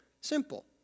Simple